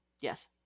Yes